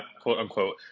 quote-unquote